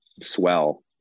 swell